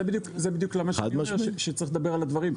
זה בדיוק הסיבה שאמרתי שצריך לדבר על הדברים.